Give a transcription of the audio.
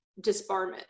disbarment